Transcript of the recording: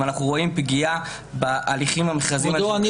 ואנחנו רואים פגיעה בהליכים המכרזיים --- כבודו,